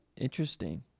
Interesting